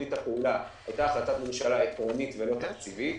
תוכנית הפעולה הייתה החלטת ממשלה עקרונית ולא תקציבית,